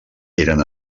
eren